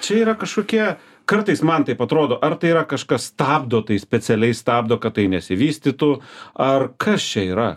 čia yra kažkokie kartais man taip atrodo ar tai yra kažkas stabdo tai specialiai stabdo kad tai nesivystytų ar kas čia yra